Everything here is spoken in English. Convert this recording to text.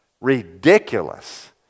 ridiculous